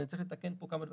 וצריך לתקן פה כמה דברים.